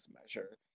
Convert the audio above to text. measure